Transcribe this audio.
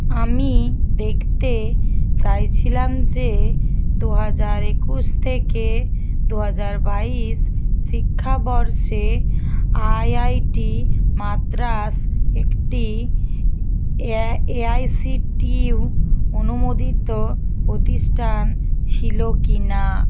আমি দেখতে চাইছিলাম যে দুহাজার একুশ থেকে দুহাজার বাইশ শিক্ষাবর্ষে আইআইটি মাদ্রাস একটি এআই এআইসিটিইউ অনুমোদিত প্রতিষ্ঠান ছিল কি না